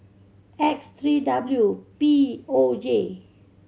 X three W P O J